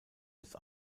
jetzt